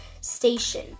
Station